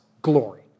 glory